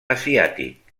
asiàtic